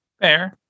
Fair